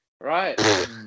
right